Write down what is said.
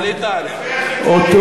אותו